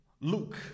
Luke